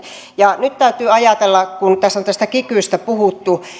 nyt täytyy ajatella kun tässä on tästä kikystä puhuttu